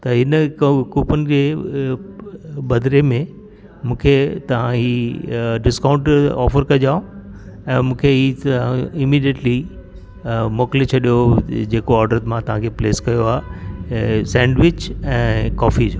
त हिन क कूपन जे बदिले में मूंखे तव्हां हीअ अ डिस्काउंट ऑफर कजो ऐं मूंखे ही इमीडेटली अ मोकिले छॾियो जेको ऑडर मां तव्हांखे प्लेस कयो आहे ऐं सैंडविच ऐं कॉफी जो